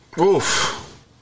Oof